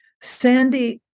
Sandy